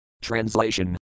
Translation